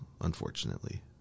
unfortunately